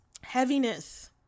heaviness